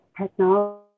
technology